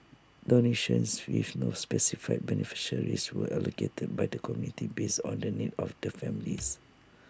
donations with no specified beneficiaries were allocated by the committee based on the needs of the families